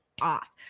off